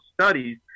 studies